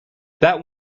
that